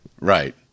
Right